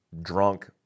drunk